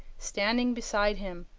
standing beside him,